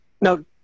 now